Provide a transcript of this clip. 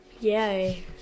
yay